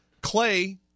Clay